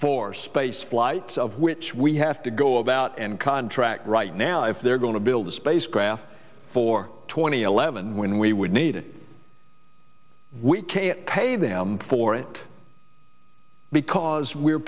for space flights of which we have to go about and contract right now if they're going to build a spacecraft for twenty eleven when we would need we can't pay them for it because we're